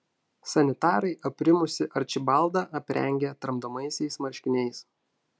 sanitarai aprimusį arčibaldą aprengė tramdomaisiais marškiniais